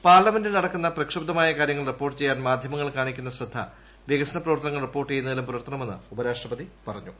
പാർലമെന്റിൽ നടക്കുന്ന പ്രക്ഷുബ്ധമായ കാര്യങ്ങൾ റിപ്പ്മുൾട്ട് ്ചെയ്യാൻ മാധ്യമങ്ങൾ കാണിക്കുന്ന ശ്രദ്ധ വികസന പ്രവർത്തനങ്ങൾ ്കിപ്പോർട്ട് ചെയ്യുന്നതിലും പുലർത്തണമെന്ന് ഉപരാഷ്ട്രപ്തീ പറഞ്ഞു